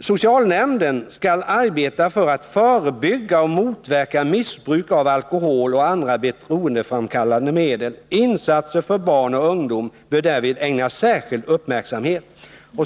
”Socialnämnden skall arbeta för att förebygga och motverka missbruk av alkohol och andra beroendeframkallande medel. Insatser för barn och ungdom bör därvid ägnas särskild uppmärksamhet.